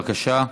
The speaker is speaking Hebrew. בבקשה.